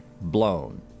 Blown